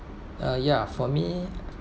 uh ya for me